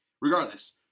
Regardless